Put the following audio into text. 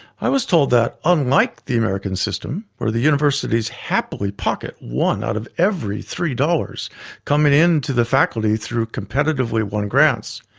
i was told that, unlike the america system, where the universities happily pocket one out of every three dollars coming in to the faculty through competitively won grants,